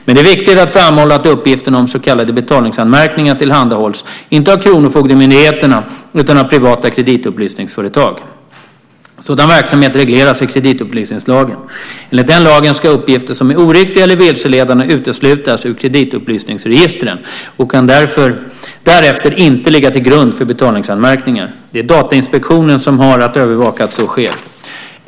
Men det är viktigt att framhålla att uppgifter om så kallade betalningsanmärkningar inte tillhandahålls av kronofogdemyndigheterna utan av privata kreditupplysningsföretag. Sådan verksamhet regleras i kreditupplysningslagen. Enligt den lagen ska uppgifter som är oriktiga eller vilseledande uteslutas ur kreditupplysningsregistren och kan därefter inte ligga till grund för betalningsanmärkningar. Det är Datainspektionen som har att övervaka att så sker.